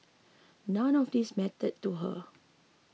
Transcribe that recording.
none of these mattered to her